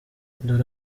dore